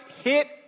hit